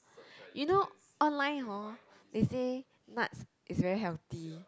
you know online hor they say nuts is very healthy